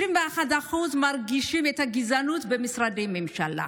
21% מרגישים את הגזענות במשרדי ממשלה.